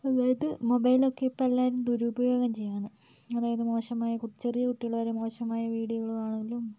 അതായത് മൊബൈലൊക്കെ ഇപ്പം എല്ലാവരും ദുരുപയോഗം ചെയ്യുവാണ് അതായത് മോശമായ ചെറിയ കുട്ടികൾ വരെ മോശമായ വീഡിയോകൾ കാണലും